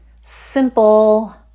simple